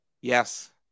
Yes